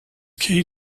key